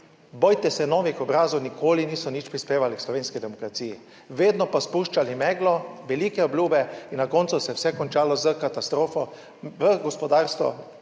Bojte se novih obrazov! Nikoli niso nič prispevali k slovenski demokraciji, vedno pa spuščali meglo velike obljube in na koncu se je vse končalo s katastrofo, v gospodarstvo,